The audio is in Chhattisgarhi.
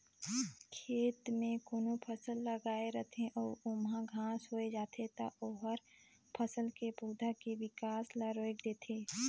खेत में कोनो फसल लगाए रथे अउ ओमहा घास होय जाथे त ओहर फसल के पउधा के बिकास ल रोयक देथे